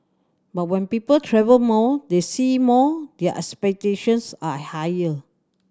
but when people travel more they see more their expectations are higher